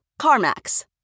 CarMax